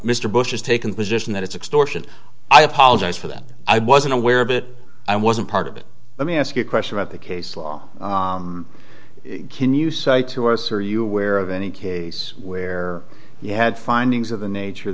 mr bush has taken position that it's extortion i apologize for that i wasn't aware of it i wasn't part of it let me ask you a question about the case law can you cite to us are you aware of any case where you had findings of the nature